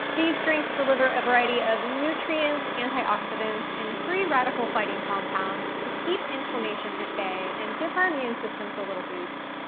these drinks deliver a variety of nutrients, antioxidants and free radical fighting compounds to keep inflammation at bay and give our immune systems a little boost.